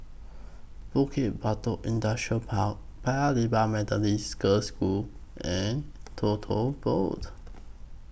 Bukit Batok Industrial Park Paya Lebar Methodist Girls' School and Tote Board